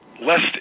lest